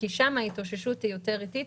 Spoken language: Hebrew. כי שם ההתאוששות אטית יותר,